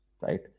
right